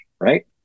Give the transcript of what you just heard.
right